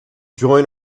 join